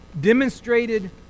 demonstrated